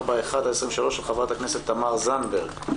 פ/1441/23 של חברת הכנסת תמר זנדברג.